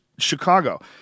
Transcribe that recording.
Chicago